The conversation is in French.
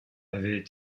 avait